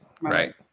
right